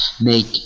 make